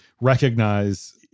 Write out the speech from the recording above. recognize